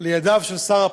לידיו של שר הפנים.